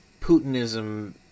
putinism